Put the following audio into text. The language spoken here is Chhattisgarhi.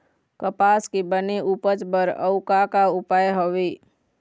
कपास के बने उपज बर अउ का का उपाय हवे?